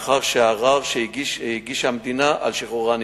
לאחר שנדחה ערר שהגישה המדינה על שחרורה.